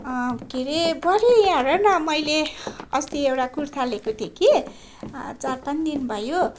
के अरे बडी यहाँ हेर न मैले अस्ति एउटा कुर्ता लिएको थिएँ कि चार पाँच दिन भयो